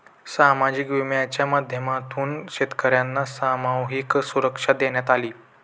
सामाजिक विम्याच्या माध्यमातून शेतकर्यांना सामूहिक सुरक्षा देण्यात आली